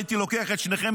הייתי לוקח את שניכם,